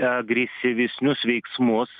agresyvisnius veiksmus